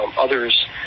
others